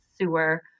sewer